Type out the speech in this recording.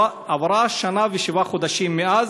עברו שנה ושבעה חודשים מאז.